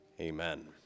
Amen